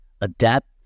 Adapt